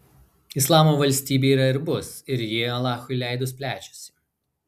islamo valstybė yra ir bus ir ji alachui leidus plečiasi